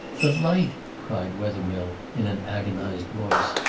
the light, cried wethermill in an agonised voice,